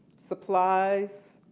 supplies,